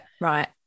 right